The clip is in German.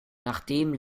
nachdem